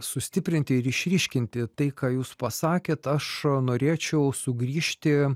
sustiprinti ir išryškinti tai ką jūs pasakėt aš norėčiau sugrįžti